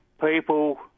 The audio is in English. people